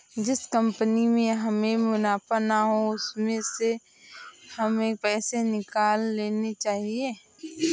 जिस कंपनी में हमें मुनाफा ना हो उसमें से हमें पैसे निकाल लेने चाहिए